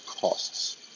costs